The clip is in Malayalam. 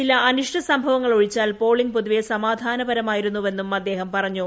ചില അനിഷ്ട സംഭവങ്ങളൊഴിച്ചാൽ പോളിംഗ് പൊതുവെ സമാധാനപരമായിരുന്നുവെന്ന് അദ്ദേഹം പറഞ്ഞു